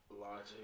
Logic